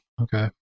okay